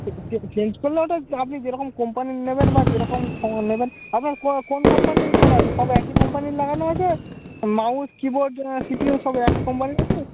আচ্ছা চে চেঞ্জ করলে ওটা আপনি যে রকম কোম্পানির নেবেন বা যে রকম সব নেবেন আপনার কো কোন কোম্পানির করা আছে সব একই কোম্পানির লাগানো আছে mouse keyboard C P U সব একই কোম্পানির আছে